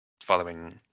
following